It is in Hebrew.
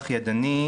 ידני,